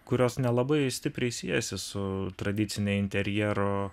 kurios nelabai stipriai siejasi su tradicine interjero